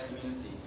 community